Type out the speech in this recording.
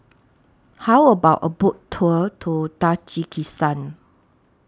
How about A Boat Tour to Tajikistan